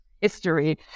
history